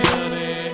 Money